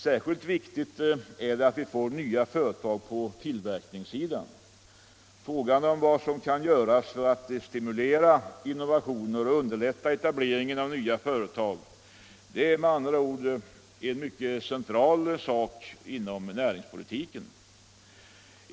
Särskilt viktigt är det att vi får nya företag på tillverkningssidan. Frågan om vad som kan göras för att stimulera innovationer och underlätta etableringen av nya företag är med andra ord central inom näringspolitiken.